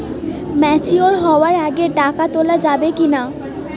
Mature হওয়ার আগে টাকা তোলা যাবে কিনা?